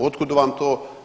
Od kuda vam to?